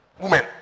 women